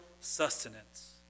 sustenance